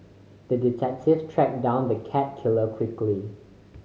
the detective tracked down the cat killer quickly